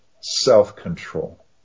self-control